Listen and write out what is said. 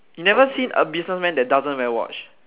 you never see a businessman that doesn't wear watch